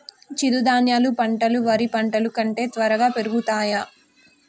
చిరుధాన్యాలు పంటలు వరి పంటలు కంటే త్వరగా పెరుగుతయా?